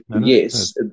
yes